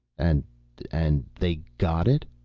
and and they got in?